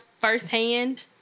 firsthand